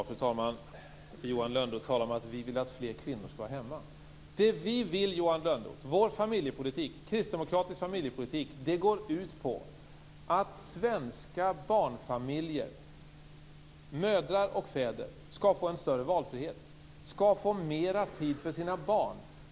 Fru talman! Johan Lönnroth talar om att vi vill att fler kvinnor skall vara hemma. Kristdemokratisk familjepolitik går ut på att svenska barnfamiljer, mödrar och fäder, skall få en större valfrihet och att de skall få mer tid för sina barn.